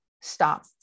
stop